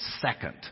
second